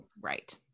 right